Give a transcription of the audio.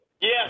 Yes